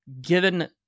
given